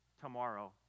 tomorrow